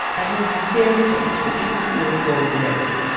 i have a staircase for people who are goal-directed.